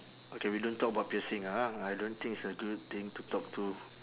okay we don't talk about piercing ah I don't think it's a good thing to talk to